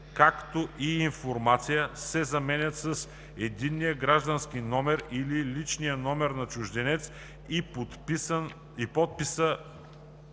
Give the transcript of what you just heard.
„както и информация“ се заменят с „единния граждански номер или личния номер на чужденец и подписи